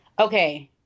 Okay